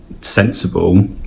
sensible